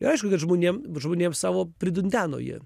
ir aišku kad žmonėm žmonėm savo pridundeno jie